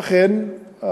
אכן,